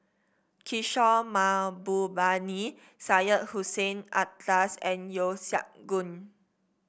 Kishore Mahbubani Syed Hussein Alatas and Yeo Siak Goon